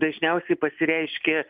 dažniausiai pasireiškia